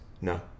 No